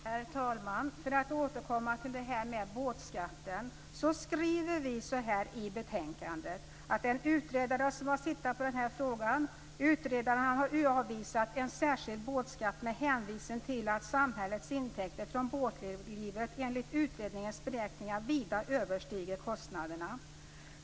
Herr talman! För att återkomma till båtskatten vill jag tala om att vi skriver i betänkandet att det är en utredare som har tittat närmare på den här frågan. Utredaren har avvisat en särskild båtskatt med hänvisning till att samhällets intäkter från båtlivet enligt utredningens beräkningar vida överstiger kostnaderna.